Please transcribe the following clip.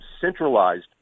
centralized